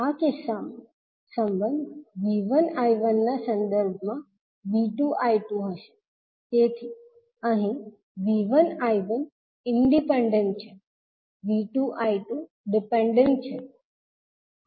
આ કિસ્સામાં સંબંધ 𝐕1 𝐈1 ના સંદર્ભમાં V2 𝐈2 હશે તેથી અહીં 𝐕1 𝐈1 ઇંડિપેન્ડન્ટ છે 𝐕2 𝐈2 ડિપેન્ડન્ટ છે